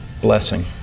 Blessing